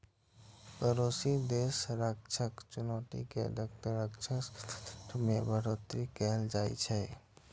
पड़ोसी देशक रक्षा चुनौती कें देखैत रक्षा बजट मे बढ़ोतरी कैल जाइ छै